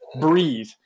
breathe